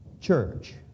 church